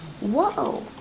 Whoa